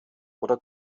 oder